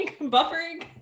buffering